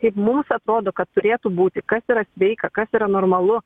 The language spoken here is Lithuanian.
kaip mums atrodo kad turėtų būti kas yra sveika kas yra normalu